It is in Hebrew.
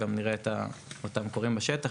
גם נראה אותם קורים בשטח,